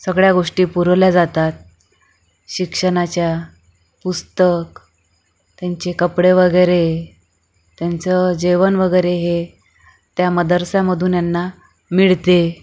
सगळ्या गोष्टी पुरवल्या जातात शिक्षणाच्या पुस्तक त्यांचे कपडे वगैरे त्याचं जेवण वगैरे हे त्या मदरसामधून ह्यांना मिळते